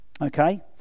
Okay